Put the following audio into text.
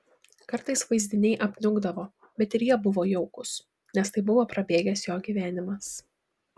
kartais vaizdiniai apniukdavo bet ir jie buvo jaukūs nes tai buvo prabėgęs jo gyvenimas